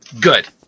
Good